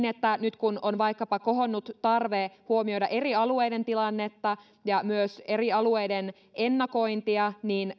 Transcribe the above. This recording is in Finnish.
että nyt kun on vaikkapa kohonnut tarve huomioida eri alueiden tilannetta ja myös eri alueiden ennakointia niin